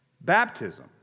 Baptism